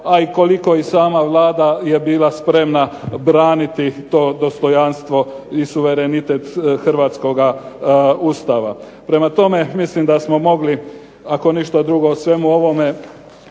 a i koliko i sama Vlada je bila spremna braniti to dostojanstvo i suverenitet hrvatskoga Ustava. Prema tome, mislim da smo mogli ako ništa drugo o svemu ovome